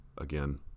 again